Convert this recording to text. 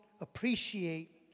appreciate